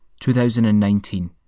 2019